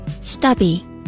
Stubby